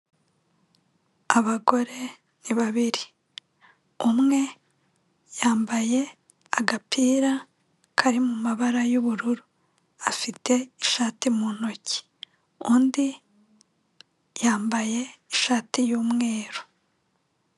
Abagore babiri umwe yambaye agapira kari mu mabara y'ubururu afite ishati mu ntoki undi yambaye ishati y'umweru.